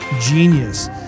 genius